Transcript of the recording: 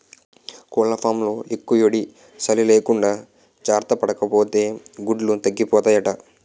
కోళ్లఫాంలో యెక్కుయేడీ, సలీ లేకుండా జార్తపడాపోతే గుడ్లు తగ్గిపోతాయట